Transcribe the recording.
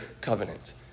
covenant